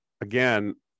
again